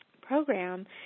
program